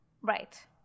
Right